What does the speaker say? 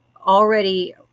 already